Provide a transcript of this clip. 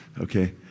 Okay